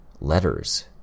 Letters